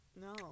No